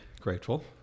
grateful